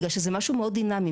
בגלל שזה משהו מאוד דינמי.